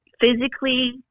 physically